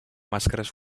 màscares